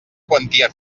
quantia